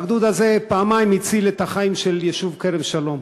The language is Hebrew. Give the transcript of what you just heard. הגדוד הזה פעמיים הציל את החיים של היישוב כרם-שלום.